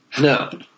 No